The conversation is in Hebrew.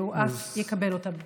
והוא אף יקבל אותה בכתב.